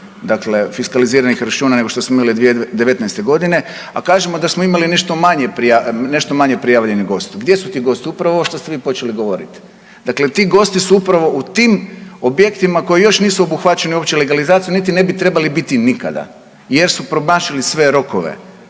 dakle fiskaliziranih računa nego što smo imali 2019. godine, a kažemo da smo imali nešto manje prijavljenih gostiju. Gdje su ti gosti? Upravo ovo što ste vi počeli govoriti. Dakle, ti gosti su upravo u tim objektima koji još nisu obuhvaćeni uopće legalizacijom, niti ne bi trebali biti nikada jer su promašili sve rokove